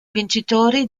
vincitori